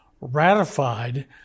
ratified